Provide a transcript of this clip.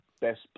best